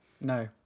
no